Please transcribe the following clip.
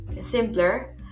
simpler